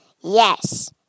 Yes